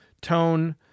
tone